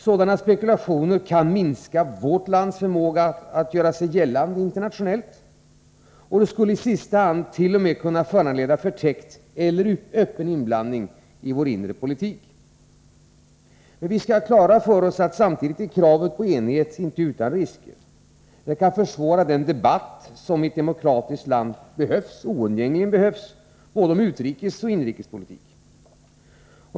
Sådana spekulationer kan minska vårt lands förmåga att göra sig gällande internationellt, och de skulle i sista hand t.o.m. kunna föranleda förtäckt eller öppen inblandning i vår inre politik. Men vi skall ha klart för oss att kravet på enighet samtidigt inte är utan risker. Det kan försvåra den debatt som i ett demokratiskt land oundgängligen behövs om både utrikes och inrikes politik.